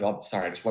Sorry